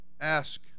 ask